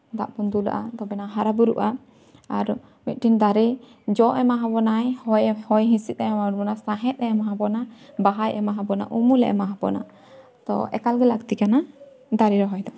ᱫᱟᱜ ᱵᱚᱱ ᱫᱩᱞᱟᱜᱼᱟ ᱛᱚᱵᱮᱱᱟ ᱦᱟᱨᱟᱼᱵᱩᱨᱩᱜᱼᱟ ᱟᱨ ᱢᱤᱫᱴᱮᱱ ᱫᱟᱨᱮ ᱡᱚ ᱮᱢᱟ ᱵᱚᱱᱟᱭ ᱦᱚᱭ ᱦᱤᱸᱥᱤᱫ ᱮ ᱮᱢᱟ ᱵᱚᱱᱟ ᱥᱟᱦᱮᱫ ᱮ ᱮᱢᱟᱵᱚᱱᱟ ᱵᱟᱦᱟᱭ ᱮᱢᱟ ᱵᱚᱱᱟ ᱩᱢᱩᱞᱮ ᱮᱢᱟ ᱵᱚᱱᱟ ᱛᱚ ᱮᱠᱟᱞᱜᱮ ᱞᱟᱹᱠᱛᱤ ᱠᱟᱱᱟ ᱫᱟᱨᱮ ᱨᱚᱦᱚᱭ ᱫᱚ